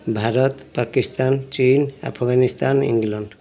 ଭାରତ ପାକିସ୍ତାନ ଚୀନ୍ ଆଫଗାନିସ୍ତାନ ଇଂଲଣ୍ଡ